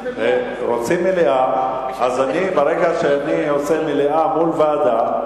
שרוצים מליאה, אז ברגע שאני עושה מליאה מול ועדה,